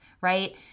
right